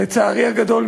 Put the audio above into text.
לצערי הגדול,